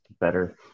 better